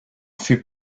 fut